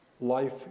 life